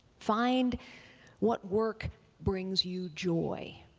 find what work brings you joy.